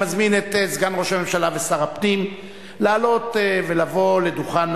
אני מזמין את סגן ראש הממשלה ושר הפנים לעלות ולבוא לדוכן